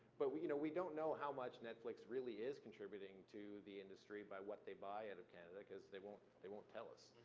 but we you know we don't know how much netflix really is contributing to the industry by what they buy out and of canada, because they won't they won't tell us.